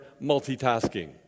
multitasking